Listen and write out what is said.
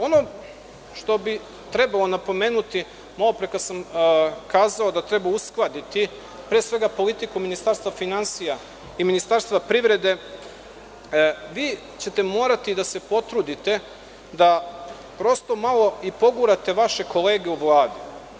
Ono što bi trebalo napomenuti, malopre kada sam kazao da treba uskladiti politiku Ministarstva finansija i Ministarstva privrede, moraćete da se potrudite da malo pogurate vaše kolege u Vladi.